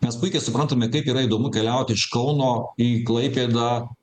mes puikiai suprantame kaip yra įdomu keliaut iš kauno į klaipėdą